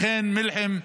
לכן, מלחם,